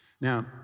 Now